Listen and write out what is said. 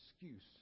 excuse